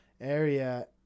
area